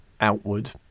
outward